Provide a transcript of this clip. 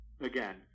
again